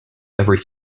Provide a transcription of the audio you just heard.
every